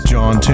John